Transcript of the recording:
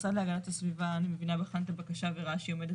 המשרד להגנת הסביבה אני מבינה בחן את הבקשה וראה שהיא עומדת